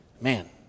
man